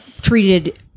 treated